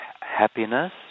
happiness